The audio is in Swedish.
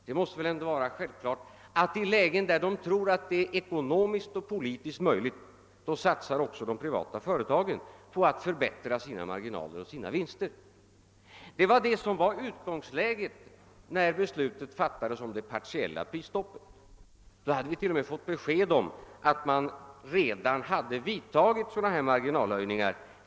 Det måste väl ändå vara självklart att i lägen där man tror att det är ekonomiskt och politiskt möjligt satsar också de privata företagen på att förbättra sina marginaler och vinster. Detta var utgångsläget när beslutet fattades om det partieila prisstoppet. Vi hade t.o.m. fått besked om att man redan vidtagit marginalhöjningar.